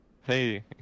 hey